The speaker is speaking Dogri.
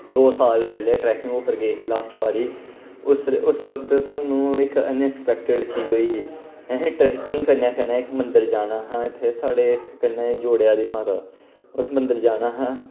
दो साल पैह्ले ट्रैकिंग उप्पर गे हे लास्ट बारी उस उस वक्त साणु इक अनएक्सपेक्टेड चीज होई ही असैं ट्रकिंग कन्नै कन्नै इक मंदर जाना हा इत्थै साढ़े कन्नै जोड़ेआं दी माता उस मंदर जाना हा